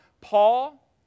paul